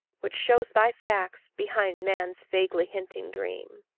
which shows thy facts behind man's vaguely hinting dream.